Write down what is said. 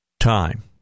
time